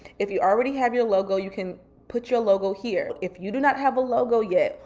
if you already have your logo, you can put your logo here. if you do not have a logo yet,